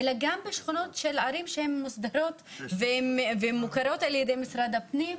אלא גם בשכונות של ערים שהן מוסדרות ומוכרות על ידי משרד הפנים.